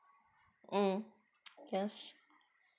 mm yes